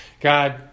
God